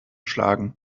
schlagen